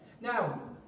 Now